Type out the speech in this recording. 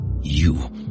You